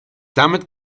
damit